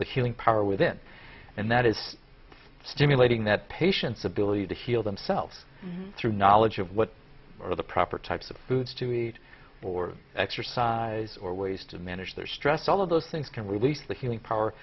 the healing power within and that is stimulating that patients ability to heal themselves through knowledge of what are the proper types of foods to eat or exercise or ways to manage their stress all of those things can reduce the healing power